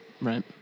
Right